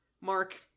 Mark